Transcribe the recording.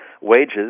wages